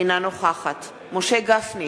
אינה נוכחת משה גפני,